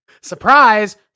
Surprise